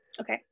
Okay